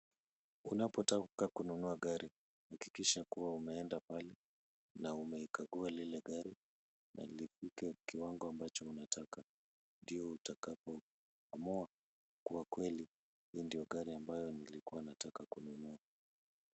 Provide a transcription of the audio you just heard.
Unapotaka kununua gari, hakikisha kuwa umeenda pale na umelikagua lile gari na lifike kiwango ambacho unataka, ndio utakapo amua kuwa kweli ndio gari ambayo nilikuwa nataka kununua.